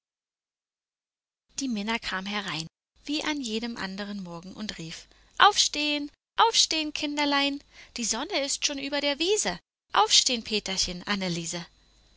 die minna kam herein wie an jedem anderen morgen und rief aufstehen aufstehen kinderlein die sonne ist schon über der wiese aufstehen peterchen anneliese